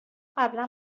قبلا